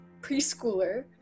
preschooler